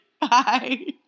Bye